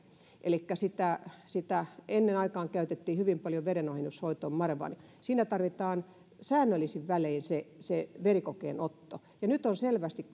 elikkä sitä sitä ennen aikaan käytettiin hyvin paljon verenohennushoitoon siinä tarvitaan säännöllisin välein se se verikokeen otto ja nyt on selvästi